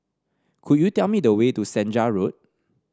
could you tell me the way to Senja Road